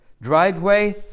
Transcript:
driveway